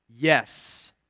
yes